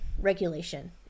regulation